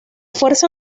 fuerza